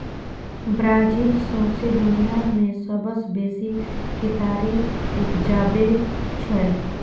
Brazil सौंसे दुनियाँ मे सबसँ बेसी केतारी उपजाबै छै